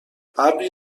ابری